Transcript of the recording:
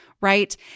right